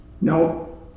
No